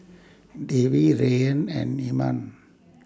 Dewi Rayyan and Iman